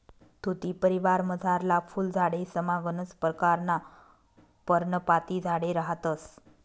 तुती परिवारमझारला फुल झाडेसमा गनच परकारना पर्णपाती झाडे रहातंस